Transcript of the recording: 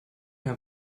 mehr